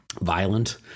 violent